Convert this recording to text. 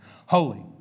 holy